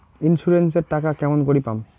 Insurance এর টাকা কেমন করি পাম?